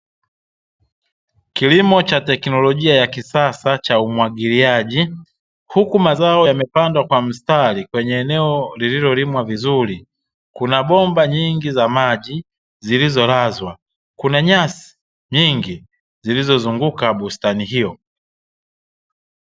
Kilimo cha teknolojia ya kisasa cha umwagiliaji, huku mazao yamepandwa kwa msitari kwenye eneo lililolimwa vizuri, kuna bomba nyingi za maji zilizolazwa, kuna nyasi nyingi, zilizozunguka bustani hiyo.